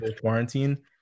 quarantine